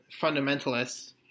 fundamentalists